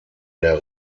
der